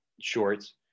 shorts